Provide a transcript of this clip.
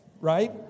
right